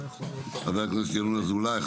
חבר הכנסת ינון אזולאי,